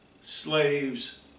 Slaves